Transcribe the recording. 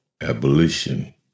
abolition